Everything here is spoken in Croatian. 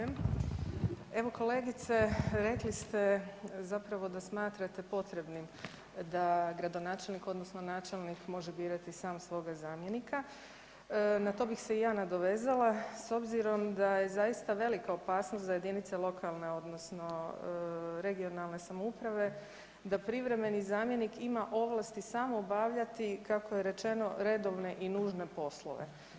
Evo kolegice rekli ste zapravo da smatrate potrebnim da gradonačelnik, odnosno načelnik može birati sam svoga zamjenika na to bih se i ja nadovezala s obzirom da je zaista velika opasnost za jedinice lokalne, odnosno regionalne samouprave da privremeni zamjenik ima ovlasti samo obavljati kako je rečeno redovne i nužne poslove.